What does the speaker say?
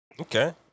Okay